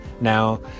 now